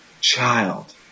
child